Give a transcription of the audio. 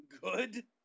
good